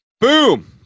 Boom